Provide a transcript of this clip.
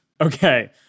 Okay